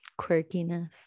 quirkiness